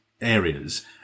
areas